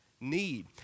need